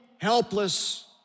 helpless